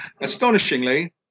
astonishingly